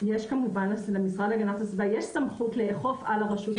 יש כמובן למשרד להגנת הסביבה יש סמכות לאכוף על הרשות המקומית.